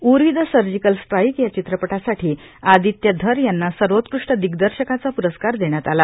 Uri the surgical strike या चित्रपटासाठी अदित्य धर याम्रा सर्वोत्कृष्ट दिग्दर्शकाचा प्रस्कार देण्यात आला